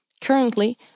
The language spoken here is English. Currently